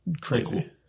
crazy